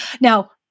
Now